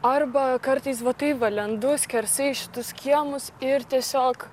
arba kartais va taip va lendu skersai į šitus kiemus ir tiesiog